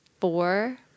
four